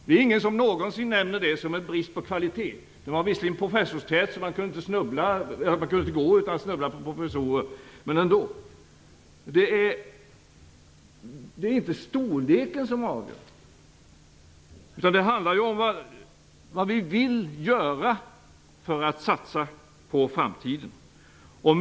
Det är ingen som någonsin nämner den när det gäller brist på kvalitet. Den var visserligen så professorstät att man inte kunde gå utan att snubbla på professorer, men ändå. Det är inte storleken som avgör, utan det handlar om vad vi vill göra för att satsa på framtiden.